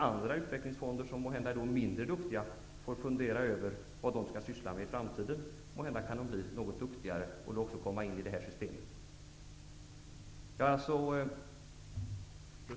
Andra utvecklingsfonder, som måhända är mindre duktiga, får fundera över vad de skall syssla med i framtiden. Kanske kan de bli något duktigare och komma med i det här systemet. Fru talman!